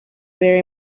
very